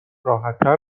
راحتتر